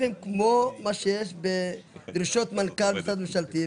הם כמו מה שיש בדרישות מנכ"ל משרד ממשלתי,